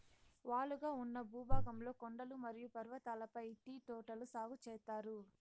వాలుగా ఉన్న భూభాగంలో కొండలు మరియు పర్వతాలపై టీ తోటలు సాగు చేత్తారు